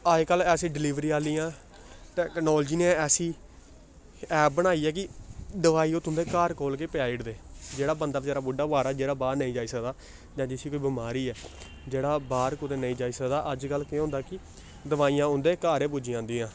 अजकल्ल ऐसी डलिवरी आह्लियां टैक्नालोजी ने ऐसी ऐप बनाई ऐ कि दोआई ओह् तुं'दे घर कोल गै पजाई ओड़दे जेह्ड़ा बंदा बचैरा बुड्ढा मारा जेह्ड़ा बाह्र नेईं जाई सकदा जां जिस्सी कोई बमारी ऐ जेह्ड़ा बाह्र कुदै नेईं जाई सकदा अजकल्ल केह् होंदा कि दोआइयां उं'दे घर गै पुज्जी जंदियां